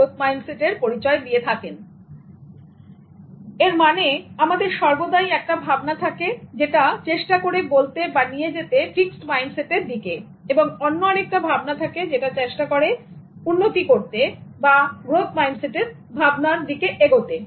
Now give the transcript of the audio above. সুতরাং এর মানে আমাদের সর্বদাই একটা ভাবনা থাকে যেটা চেষ্টা করে বলতে বা নিয়ে যেতে ফিক্সড মাইন্ডসেটের দিকে এবং অন্য আরেকটি ভাবনা থাকে যেটা চেষ্টা করে বলতে চেষ্টা করো করতে উন্নতি করো তোমার গ্রোথ মিন্ডসেট ভাবনা এটা